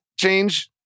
change